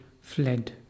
fled